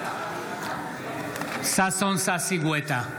בעד ששון ששי גואטה,